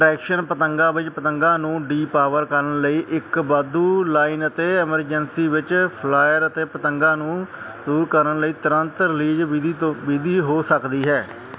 traction ਪਤੰਗਾਂ ਵਿੱਚ ਪਤੰਗਾਂ ਨੂੰ ਡੀ ਪਾਵਰ ਕਰਨ ਲਈ ਇੱਕ ਵਾਧੂ ਲਾਈਨ ਅਤੇ ਐਮਰਜੈਂਸੀ ਵਿੱਚ ਫਲਾਇਰ ਅਤੇ ਪਤੰਗਾਂ ਨੂੰ ਦੂਰ ਕਰਨ ਲਈ ਤੁਰੰਤ ਰਿਲੀਜ਼ ਵਿਧੀ ਤੋ ਵਿਧੀ ਹੋ ਸਕਦੀ ਹੈ